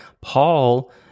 Paul